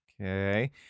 Okay